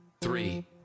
three